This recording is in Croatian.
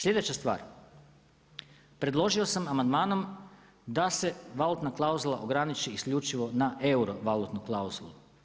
Sljedeća stvar, predložio sam amandmanom da se valutna klauzula ograniči isključivo na euro valutnu klauzulu.